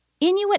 Inuit